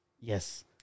Yes